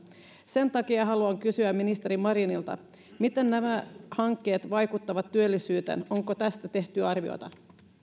sen takia haluan kysyä ministeri marinilta miten nämä hankkeet vaikuttavat työllisyyteen onko tästä tehty arviota